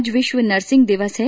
आज विश्व नर्सिंग दिवस है